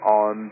on